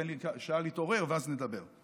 תן לי שעה להתעורר ואז נדבר.